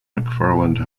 mcfarland